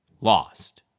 lost